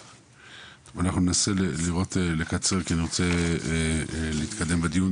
אנחנו ננסה לקצר כי אני רוצה להתקדם בדיון,